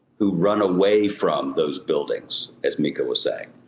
who run away from those buildings, as mika was saying.